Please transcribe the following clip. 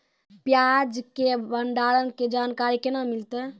प्याज के भंडारण के जानकारी केना मिलतै?